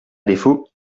défaut